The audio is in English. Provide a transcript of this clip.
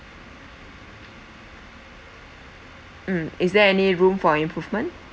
mm is there any room for improvement